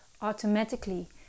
automatically